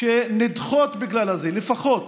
שנדחות בגלל זה, לפחות.